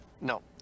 No